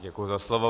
Děkuji za slovo.